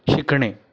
शिकणे